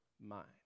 mind